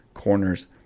corners